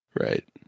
Right